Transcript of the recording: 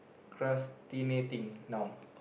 procrastinating now